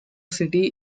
city